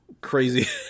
crazy